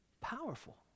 Powerful